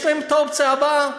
יש להם האופציה הבאה,